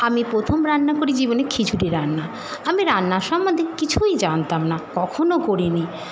আমি প্রথম রান্না করি জীবনে খিচুড়ি রান্না আমি রান্না সম্বন্ধে কিছুই জানতাম না কখনও করি নি